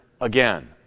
again